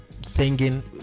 singing